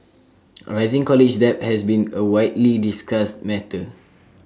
rising college debt has been A widely discussed matter